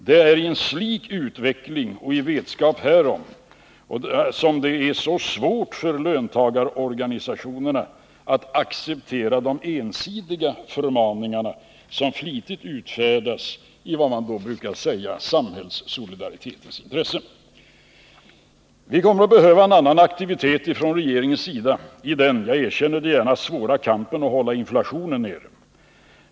Det är med en slik utveckling och i vetskap härom som det är så svårt för löntagarorganisationerna att acceptera de ensidiga förmaningar som flitigt utfärdas i, som man brukar säga, samhällssolidaritetens intresse. ” Vi kommer att behöva en annan aktivitet från regeringens sida i den — jag erkänner det gärna — svåra kampen att hålla inflationen nere.